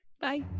Bye